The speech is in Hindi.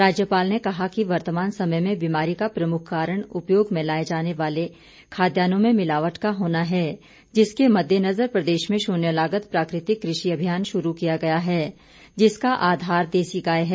राज्यपाल ने कहा कि वर्तमान समय में बीमारी का प्रमुख कारण उपयोग में लाए जाने वाले खाद्यान्नों में मिलावट का होना है जिसके मद्देनजर प्रदेश में शून्य लागत प्राकृतिक कृषि अभियान शुरू किया गया है जिसका आधार देसी गाय है